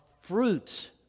fruits